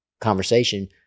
conversation